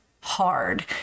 hard